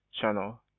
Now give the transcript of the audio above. channel